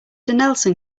nelson